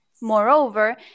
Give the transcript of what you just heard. Moreover